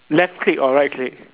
left click or right click